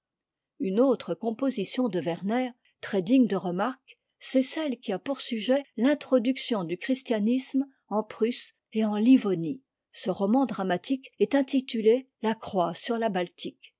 une autre composition de werner très digne de remarque c'est celle qui a pour sujet l'introduction du christianisme en prusse et en livonie ce roman dramatique est intitulé la croix r la baltique